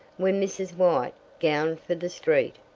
when mrs. white, gowned for the street,